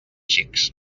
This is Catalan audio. xics